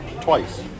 twice